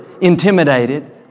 intimidated